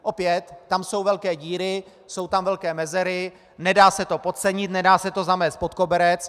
Opět tam jsou velké díry, jsou tam velké mezery, nedá se to podcenit, nedá se to zamést pod koberec.